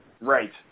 Right